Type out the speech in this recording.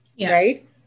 right